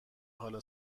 حالا